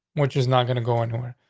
which is not gonna go anywhere.